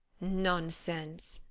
nonsense!